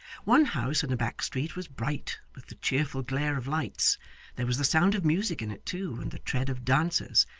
one house in a back street was bright with the cheerful glare of lights there was the sound of music in it too, and the tread of dancers,